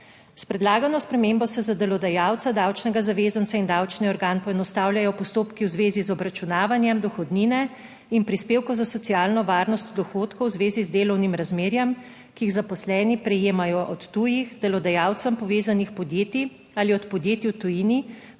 S predlagano spremembo se za delodajalca, davčnega zavezanca in davčni organ poenostavljajo postopki v zvezi z obračunavanjem dohodnine in prispevkov za socialno varnost, dohodkov v zvezi z delovnim razmerjem, ki jih zaposleni prejemajo od tujih z delodajalcem povezanih podjetij ali od podjetij v tujini,